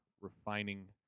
refining